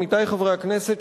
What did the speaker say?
עמיתי חברי הכנסת,